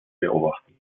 beobachten